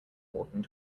walking